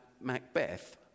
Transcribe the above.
Macbeth